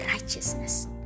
righteousness